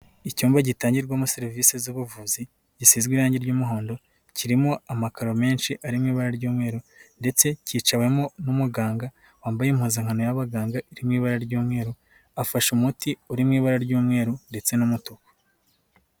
Icyumba gitangirwamo serivisi z'ubuvuzi gisizwe irangi ry'umuhondo, kirimo amakaro menshi arimo ibara ry'umweru, ndetse cyicawemo n'umuganga wambaye impuzankano y'abaganga, iri mu ibara ry'umweru afashe umuti uri mu ibara ry'umweru, ndetse n'umutuku.